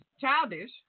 childish